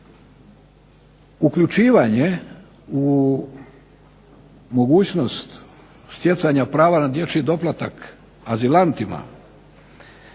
uključivanje u mogućnost stjecanja prava na dječji doplatak azilantima